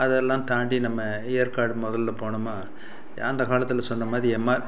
அதெல்லாம் தாண்டி நம்ம ஏற்காடு முதல்ல போனோமா அந்த காலத்தில் சொன்ன மாதிரி எம்மா